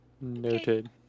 Noted